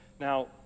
Now